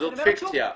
זאת פיקציה,